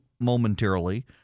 momentarily